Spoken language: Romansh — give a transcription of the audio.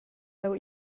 leu